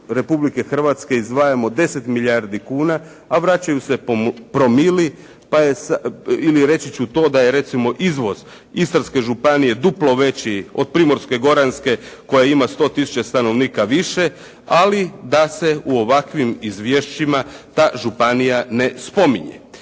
Republike Hrvatske izdvajamo 10 milijardi kuna, a vraćaju se promili ili reći ću to da je recimo izvoz Istarske županije duplo veći od Primorsko-goranske koja ima 100 tisuća stanovnika više, ali da se u ovakvim izvješćima ta županija ne spominje.